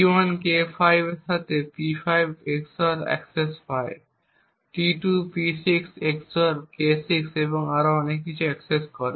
T1 K5 এর সাথে P5 XOR access পায়। T2 P6 XOR K6 এবং আরও অনেক কিছু অ্যাক্সেস করে